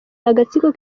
agatsiko